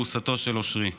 ארוסתו של אושרי.